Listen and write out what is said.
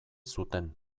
zuten